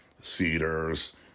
Cedars